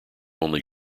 only